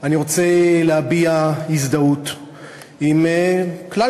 ההידרדרות במצב